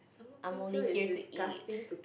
I'm only here to eat